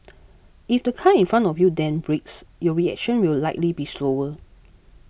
if the car in front of you then brakes your reaction will likely be slower